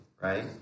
right